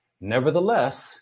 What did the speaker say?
Nevertheless